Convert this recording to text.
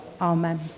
Amen